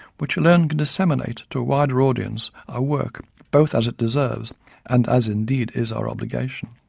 which alone can disseminate to a wider audience our work both as it deserves and as indeed is our obligation.